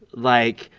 like,